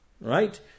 Right